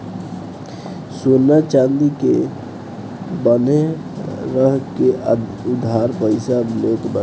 सोना चांदी के बान्हे रख के उधार पईसा लेत बाटे